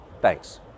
Thanks